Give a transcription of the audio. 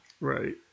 Right